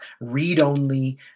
read-only